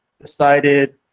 decided